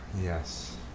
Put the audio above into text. Yes